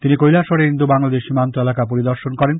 তিনি কৈলাসহরের ইন্দোবাংলাদেশ সীমান্ত এলাকা পরিদর্শন করেন